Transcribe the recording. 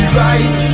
right